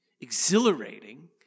exhilarating